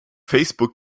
facebook